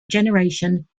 generation